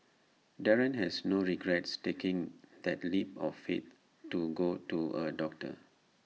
Darren has no regrets taking that leap of faith to go to A doctor